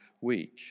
week